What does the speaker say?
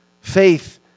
Faith